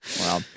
Wow